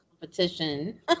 competition